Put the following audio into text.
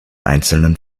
einzelnen